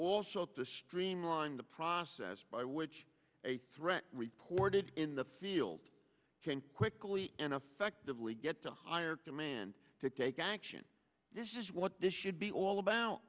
also to streamline the process by which a threat reported in the field can quickly and effectively get to higher command to take action this is what this should be all about